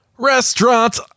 restaurant